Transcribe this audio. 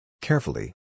Carefully